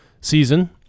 season